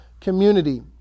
community